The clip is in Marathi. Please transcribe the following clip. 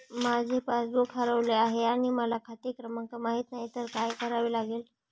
माझे पासबूक हरवले आहे आणि मला खाते क्रमांक माहित नाही तर काय करावे लागेल?